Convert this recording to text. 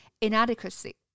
inadequacy